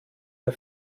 der